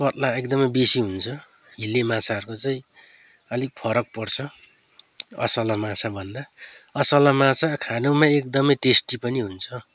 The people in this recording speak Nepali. कत्ला एकदमै बेसी हुन्छ हिले माछाहरूको चाहिँ अलिक फरक पर्छ असला माछाभन्दा असला माछा खानुमा एकदमै टेस्टी पनि हुन्छ